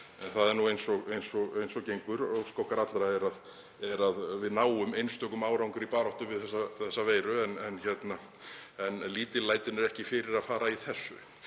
en það er eins og gengur, ósk okkar allra er að við náum einstökum árangri í baráttu við þessa veiru, en lítillætinu er ekki fyrir að fara í þessu.